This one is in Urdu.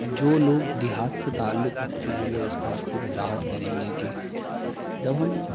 جو لوگ دیہات سے تعلق رکھتے ہیں وہ اس بات کی وضاحت کریں گے کہ جب ہم